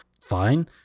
Fine